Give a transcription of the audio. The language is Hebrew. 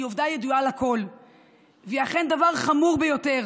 עובדה ידועה לכול והיא אכן דבר חמור ביותר.